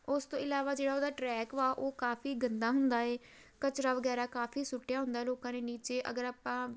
ਉਸ ਤੋਂ ਇਲਾਵਾ ਜਿਹੜਾ ਉਹਦਾ ਟਰੈਕ ਵਾ ਉਹ ਕਾਫੀ ਗੰਦਾ ਹੁੰਦਾ ਹੈ ਕਚਰਾ ਵਗੈਰਾ ਕਾਫੀ ਸੁੱਟਿਆ ਹੁੰਦਾ ਲੋਕਾਂ ਨੇ ਨੀਚੇ ਅਗਰ ਆਪਾਂ